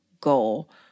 goal